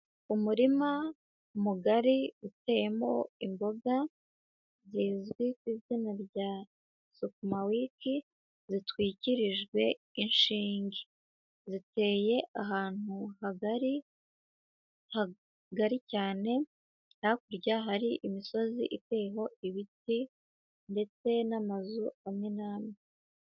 Umurima mugari uteyemo imboga, zizwi ku izina rya sukumawiki zitwikirijwe inshinge. Ziteye ahantu hagari, hagari cyane, hakurya hari imisozi iteyeho ibiti ndetse n'amazu amwe n'amwe.